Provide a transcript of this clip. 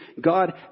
God